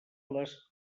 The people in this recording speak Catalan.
les